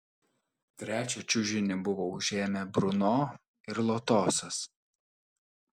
trečią čiužinį buvo užėmę bruno ir lotosas